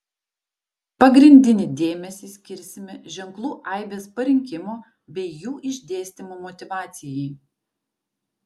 pagrindinį dėmesį skirsime ženklų aibės parinkimo bei jų išdėstymo motyvacijai